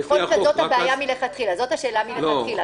זו השאלה מלכתחילה.